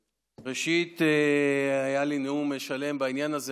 ראשית היה לי נאום שלם בעניין הזה.